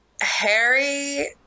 Harry